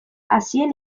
hazien